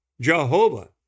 Jehovah